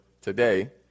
today